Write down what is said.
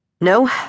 No